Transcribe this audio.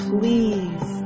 Please